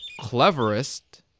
cleverest